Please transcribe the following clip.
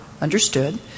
understood